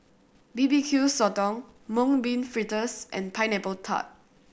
B B Q Sotong Mung Bean Fritters and Pineapple Tart